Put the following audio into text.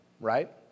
right